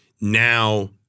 Now